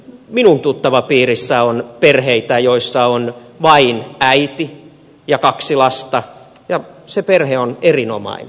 minun tuttavapiirissäni on perhe jossa on vain äiti ja kaksi lasta ja se perhe on erinomainen